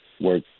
work